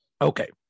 Okay